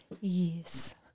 Yes